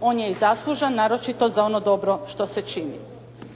on je i zaslužan naročito za ono dobro što se čini.